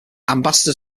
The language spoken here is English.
ambassador